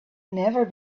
never